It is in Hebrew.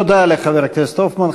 תודה לחבר הכנסת הופמן.